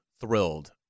thrilled